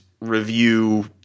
review